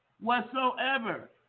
Whatsoever